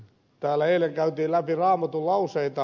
täällä eilen käytiin läpi raamatunlauseita